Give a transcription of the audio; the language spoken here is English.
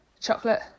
chocolate